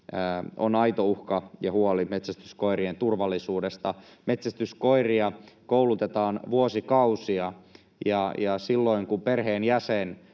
on aito uhka ja huoli metsästyskoirien turvallisuudesta. Metsästyskoiria koulutetaan vuosikausia, ja silloin kun perheenjäsen